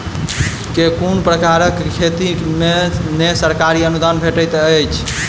केँ कुन प्रकारक खेती मे सरकारी अनुदान भेटैत अछि?